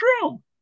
true